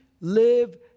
live